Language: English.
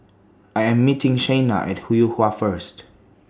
I Am meeting Shayna At Yuhua First